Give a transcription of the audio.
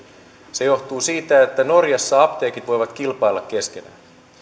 se johtuu siitä että norjassa apteekit voivat kilpailla keskenään